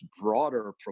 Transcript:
broader